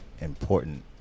important